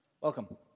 welcome